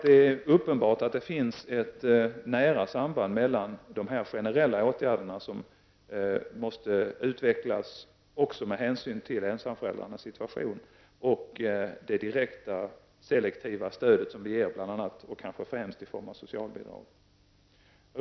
Det är uppenbart att det finns ett nära samband mellan de generella åtgärder som måste utvecklas med hänsyn till ensamföräldrarnas situation och det direkta selektiva stödet som bl.a. och kanske främst ges i form av socialbidrag.